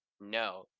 No